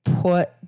put